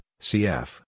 cf